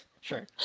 Sure